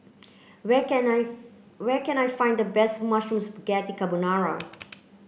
where can I where can I find the best Mushroom Spaghetti Carbonara